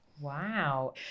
wow